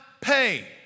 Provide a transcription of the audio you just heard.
pay